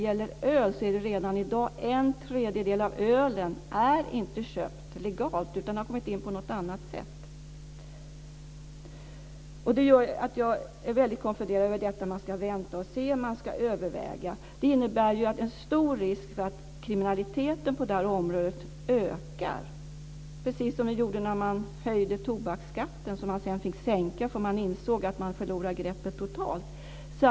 Redan i dag är en tredjedel av ölet inte köpt legalt, utan den har kommit in på något annat sätt. Detta gör att jag är väldigt konfunderad över det här med att man ska vänta och se och överväga. Det innebär ju en stor risk för att kriminaliteten på området ökar, precis som den gjorde när man höjde tobaksskatten. Den fick man ju sedan sänka, för man insåg att man förlorade greppet totalt.